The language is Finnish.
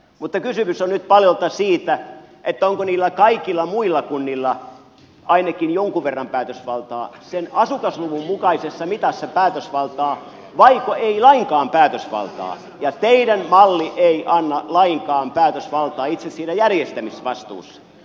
mutta kysymys on nyt paljolti siitä onko niillä kaikilla muilla kunnilla ainakin jonkun verran päätösvaltaa sen asukasluvun mukaisessa mitassa päätösvaltaa vaiko ei lainkaan päätösvaltaa ja teidän mallinne ei anna lainkaan päätösvaltaa itse siinä järjestämisvastuussa